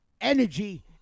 energy